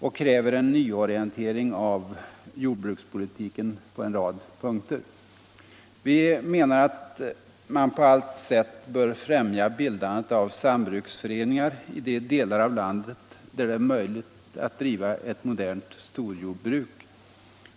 och kräver en nyorientering av jordbrukspolitiken på en rad punkter. Vi menar att man på allt sätt bör främja bildandet av sambruksföreningar i de delar av landet där det är möjligt att driva ett modernt storjordbruk.